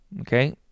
okay